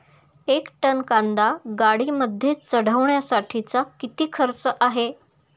एक टन कांदा गाडीमध्ये चढवण्यासाठीचा किती खर्च आहे?